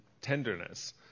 tenderness